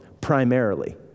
primarily